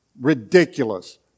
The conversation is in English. Ridiculous